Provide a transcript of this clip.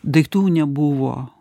daiktų nebuvo